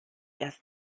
erst